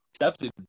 accepted